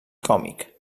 còmic